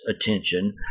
attention